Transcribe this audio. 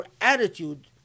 attitude